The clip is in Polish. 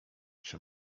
czy